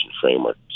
framework